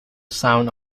sounds